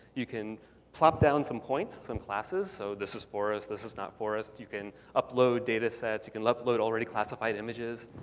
you can plop down some points, some classes. so this is forest. this is not forest. you can upload data sets. you can upload already classified images.